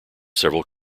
several